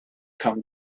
come